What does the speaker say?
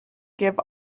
give